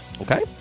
okay